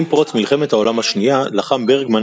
עם פרוץ מלחמת העולם השנייה לחם ברגמן